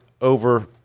over